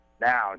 now